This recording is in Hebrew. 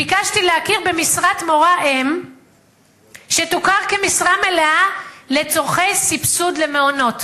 ביקשתי להכיר במשרת מורה-אם כמשרה מלאה לצורכי סבסוד למעונות.